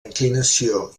inclinació